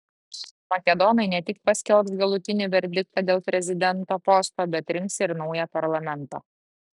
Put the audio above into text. makedonai ne tik paskelbs galutinį verdiktą dėl prezidento posto bet rinks ir naują parlamentą